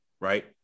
right